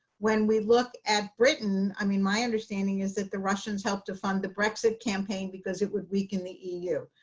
when we look at britain, i mean, my understanding is that the russians helped to fund the brexit campaign because it would weaken the eu.